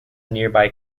nearby